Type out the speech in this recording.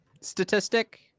statistic